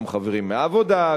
גם חברים מהעבודה,